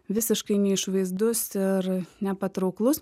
visiškai neišvaizdus ir nepatrauklus